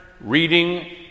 reading